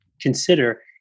consider